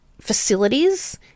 facilities